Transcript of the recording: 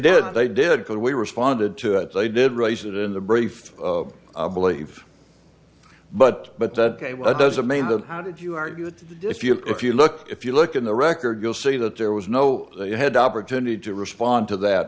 did they did because we responded to it they did raise it in the brief i believe but but that doesn't mean that how did you argue that if you if you look if you look in the record you'll see that there was no you had the opportunity to respond to that